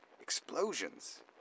explosions